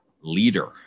leader